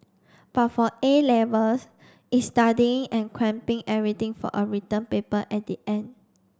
but for A Levels it's studying and cramping everything for a written paper at the end